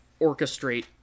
orchestrate